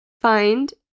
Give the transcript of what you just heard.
Find